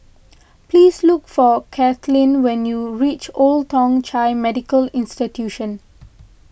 please look for Kathleen when you reach Old Thong Chai Medical Institution